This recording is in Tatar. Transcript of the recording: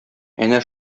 әнә